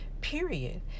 period